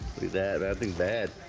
do that i think bad